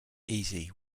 easy